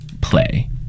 play